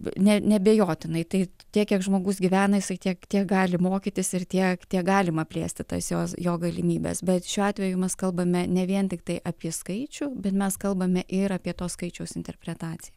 ne neabejotinai tai tiek kiek žmogus gyvena jisai tiek tiek gali mokytis ir tiek tiek galima plėsti tas jos jo galimybes bet šiuo atveju mes kalbame ne vien tiktai apie skaičių bet mes kalbame ir apie to skaičiaus interpretaciją